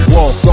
Walk